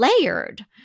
layered